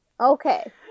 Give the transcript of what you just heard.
Okay